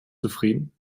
zufrieden